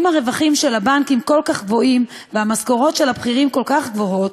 אם הרווחים של הבנקים כל כך גבוהים והמשכורות של הבכירים כל כך גבוהות,